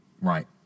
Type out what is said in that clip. right